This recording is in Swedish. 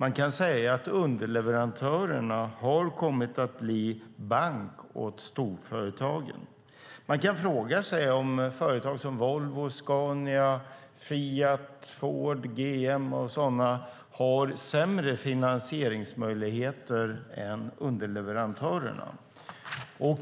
Man kan säga att underleverantörerna har kommit att bli bank åt storföretagen. Man kan fråga sig om företag som Volvo, Scania, Fiat, Ford och GM har sämre finansieringsmöjligheter än underleverantörerna och